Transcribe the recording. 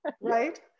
Right